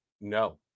no